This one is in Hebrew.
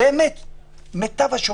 מיטב השופטים,